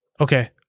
Okay